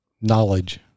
Knowledge